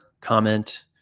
comment